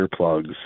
earplugs